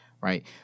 right